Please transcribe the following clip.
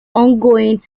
ongoing